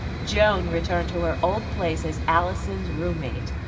joan returned to her old place as alison's roommate,